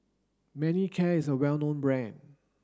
Manicare is a well known brand